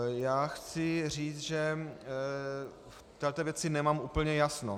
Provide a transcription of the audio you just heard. Já chci říct, že v této věci nemám úplně jasno.